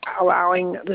allowing